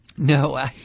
No